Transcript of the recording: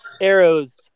arrows